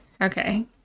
Okay